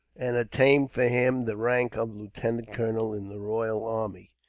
and obtained for him the rank of lieutenant colonel in the royal army.